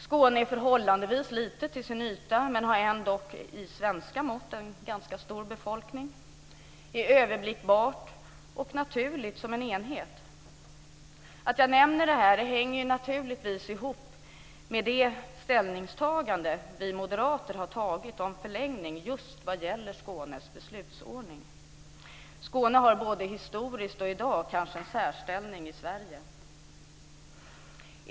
Skåne är förhållandevis litet till sin yta men har ändock med svenska mått en ganska stor befolkning. Det är överblickbart och naturligt som en enhet. Att jag nämner det här hänger naturligtvis ihop med det ställningstagande vi moderater har gjort om förlängning just vad gäller Skånes beslutsordning. Skåne har både historiskt och i dag kanske en särställning i Sverige.